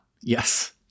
Yes